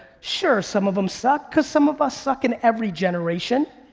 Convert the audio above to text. sure some of em suck, cause some of suck in every generation.